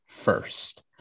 first